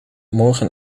morgen